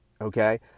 okay